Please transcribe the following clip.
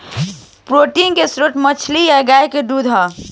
protein के स्त्रोत मछली आ गाय के दूध ह